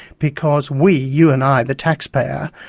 because we, you and i, the taxpayer,